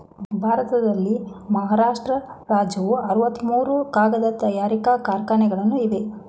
ಭಾರತದಲ್ಲಿ ಮಹಾರಾಷ್ಟ್ರ ರಾಜ್ಯವು ಅರವತ್ತ ಮೂರು ಕಾಗದ ತಯಾರಿಕಾ ಕಾರ್ಖಾನೆಗಳನ್ನು ಇವೆ